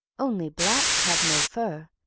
only blacks have no fur,